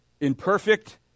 imperfect